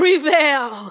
prevail